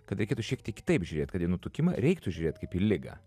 kad reikėtų šiek tiek kitaip žiūrėt kad į nutukimą reiktų žiūrėt kaip į ligą